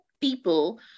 people